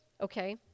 Okay